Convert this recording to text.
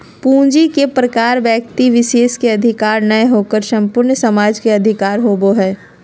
पूंजी के प्रकार व्यक्ति विशेष के अधिकार नय होकर संपूर्ण समाज के अधिकार होबो हइ